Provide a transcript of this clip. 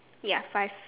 ya five